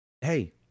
hey